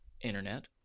internet